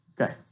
Okay